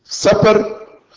Supper